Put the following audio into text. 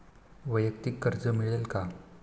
वैयक्तिक कर्ज मिळेल का?